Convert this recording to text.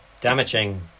damaging